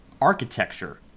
architecture